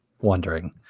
wondering